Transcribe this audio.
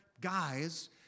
guys